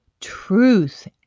truth